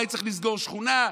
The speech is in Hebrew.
אולי צריך לסגור שכונה,